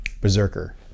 berserker